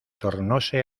tornóse